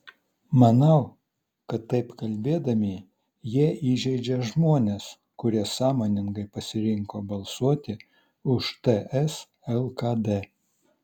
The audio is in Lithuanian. manau kad taip kalbėdami jie įžeidžia žmones kurie sąmoningai pasirinko balsuoti už ts lkd